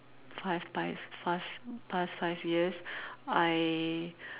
five pies past past five years I